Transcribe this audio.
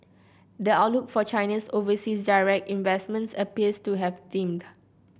the outlook for Chinese overseas direct investments appears to have dimmed